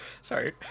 Sorry